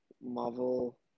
Marvel